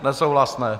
Nesouhlasné.